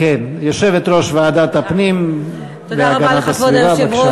כן, יושבת-ראש ועדת הפנים והגנת הסביבה, בבקשה.